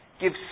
Give